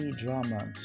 drama